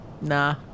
Nah